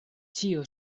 ĉio